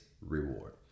reward